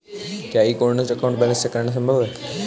क्या e corner से account balance check करना संभव है?